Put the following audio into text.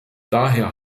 daher